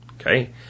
Okay